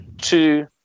two